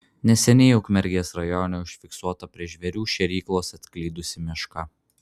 neseniai ukmergės rajone užfiksuota prie žvėrių šėryklos atklydusi meška